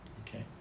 okay